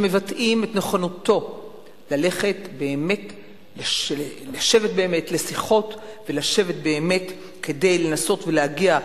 שמבטאים את נכונותו ללכת ולשבת לשיחות כדי לנסות ולהגיע להסכמות.